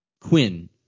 Quinn